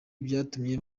byatumye